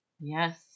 Yes